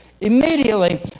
immediately